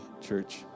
church